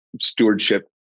stewardship